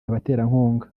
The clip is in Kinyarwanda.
abaterankunga